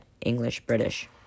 English-British